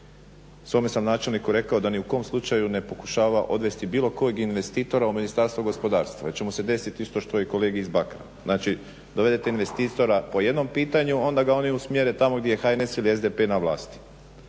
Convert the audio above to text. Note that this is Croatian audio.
Svome sam načelniku rekao da ni u kom slučaju ne pokušava odvesti bilo kojeg investitora u Ministarstvo gospodarstva jer će mu se desiti isto što i kolegi iz Bakra. Znači, dovedete investitora po jednom pitanju, a onda ga oni usmjere tamo gdje je HNS ili SDP na vlasti.